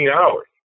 hours